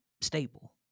stable